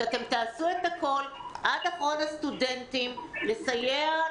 שתעשו את הכול עד אחרון הסטודנטים לסייע,